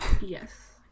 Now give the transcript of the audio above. Yes